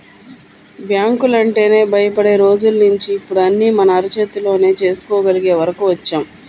బ్యాంకులంటేనే భయపడే రోజుల్నించి ఇప్పుడు అన్నీ మన అరచేతిలోనే చేసుకోగలిగే వరకు వచ్చాం